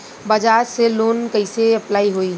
बज़ाज़ से लोन कइसे अप्लाई होई?